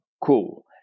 Cool